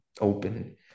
open